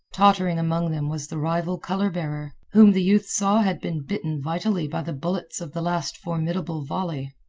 tottering among them was the rival color bearer, whom the youth saw had been bitten vitally by the bullets of the last formidable volley.